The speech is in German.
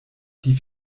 die